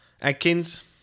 Adkins